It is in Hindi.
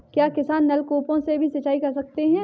क्या किसान नल कूपों से भी सिंचाई कर सकते हैं?